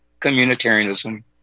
communitarianism